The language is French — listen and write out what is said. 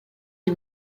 les